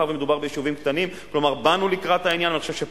מאחר שמדובר ביישובים קטנים.